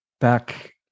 back